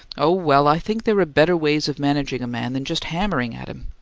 oh, well, i think there are better ways of managing a man than just hammering at him.